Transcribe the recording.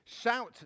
Shout